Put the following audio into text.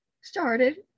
started